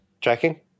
Tracking